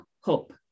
hope